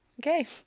okay